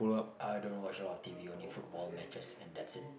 I don't watch a lot of t_v only football matches and that's it